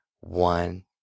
one